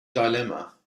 dilemma